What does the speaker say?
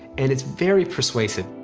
and it's very persuasive.